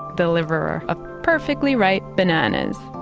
deliverer of perfectly ripe bananas